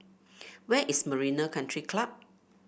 where is Marina Country Club